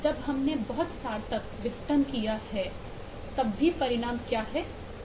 जब हमने बहुत सार्थक विघटन किया है तब भी परिणाम क्या है